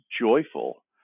joyful